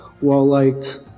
well-liked